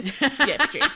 yes